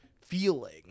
feeling